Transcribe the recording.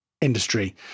industry